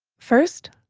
first,